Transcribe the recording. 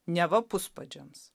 neva puspadžiams